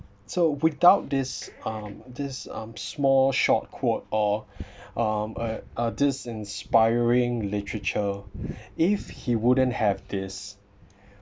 so without this um this um small short quote or um uh uh this inspiring literature if he wouldn't have this